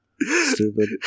stupid